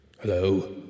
Hello